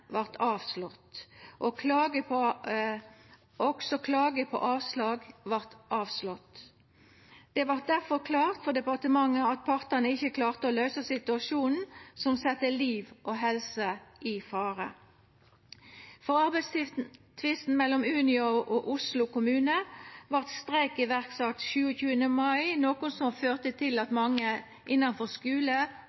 vart avslått. Også klage på avslag vart avslått. Det vart difor klart for departementet at partane ikkje klarte å løysa situasjonen som sette liv og helse i fare. I arbeidstvisten mellom Unio og Oslo kommune vart streik sett i verk 27. mai, noko som førte til at